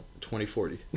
2040